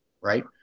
right